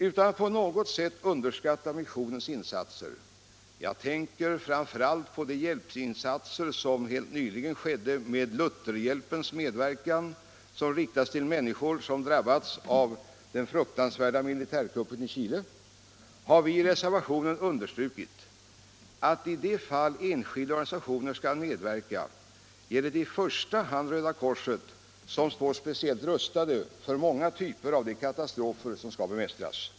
Utan att på något sätt underskatta missionens insatser — jag tänker bl.a. på de hjälpinsatser som skedde med Lutherhjälpens medverkan, riktade till de människor som drabbats av den fruktansvärda militärkuppen i Chile — har vi i reservationen understrukit att i de fall enskilda organisationer skall medverka gäller det i första hand Röda korset, som står speciellt rustat för många typer av de katastrofer som skall bemästras.